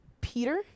Peter